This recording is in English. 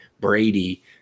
Brady